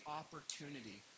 opportunity